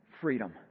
freedom